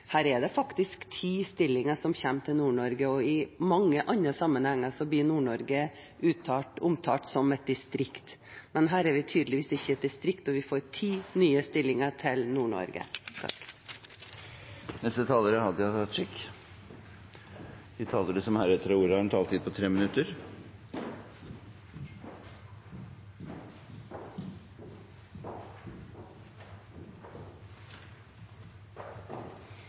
Her er det faktisk ti stillinger som kommer til Nord-Norge. I mange andre sammenhenger blir Nord-Norge omtalt som et distrikt, men her er vi tydeligvis ikke et distrikt, og vi kunne fått ti nye stillinger til Nord-Norge. Dette forslaget frå Høgre–Framstegsparti-regjeringa om omorganisering av kriminalomsorga svarer på eit spørsmål som ingen har stilt. Dei spørsmåla som derimot har